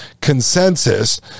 Consensus